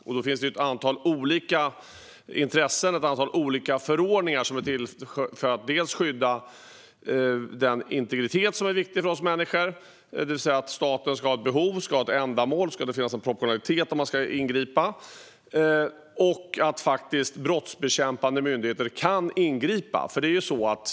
Det finns ett antal olika intressen och förordningar som är till för att dels skydda den integritet som är viktig för oss människor, det vill säga att staten ska ha ett behov, ett ändamål, och det ska finnas en proportionalitet om den ska ingripa, dels för att brottsbekämpande myndigheter ska kunna ingripa.